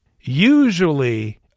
usually